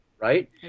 right